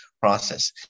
process